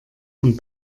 und